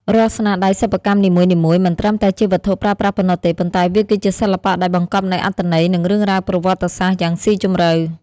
រាល់ស្នាដៃសិប្បកម្មនីមួយៗមិនត្រឹមតែជាវត្ថុប្រើប្រាស់ប៉ុណ្ណោះទេ ប៉ុន្តែវាគឺជាសិល្បៈដែលបង្កប់នូវអត្ថន័យ និងរឿងរ៉ាវប្រវត្តិសាស្ត្រយ៉ាងស៊ីជម្រៅ។